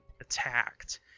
attacked